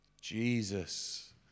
Jesus